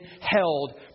held